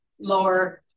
lower